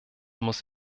muss